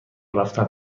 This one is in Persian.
رفتن